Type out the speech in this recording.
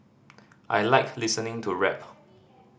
I like listening to rap